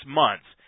months